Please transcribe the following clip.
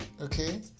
okay